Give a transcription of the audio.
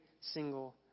single